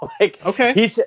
Okay